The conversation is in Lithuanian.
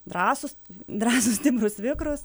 drąsūs drąsūs stiprūs vikrūs